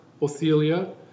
Othelia